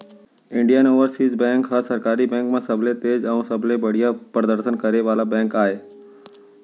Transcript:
Indian Overseas Bank ह सरकारी bank म सबले तेज अउ सबले बड़िहा परदसन करे वाला बेंक आय